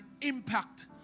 impact